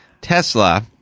Tesla –